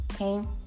okay